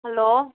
hello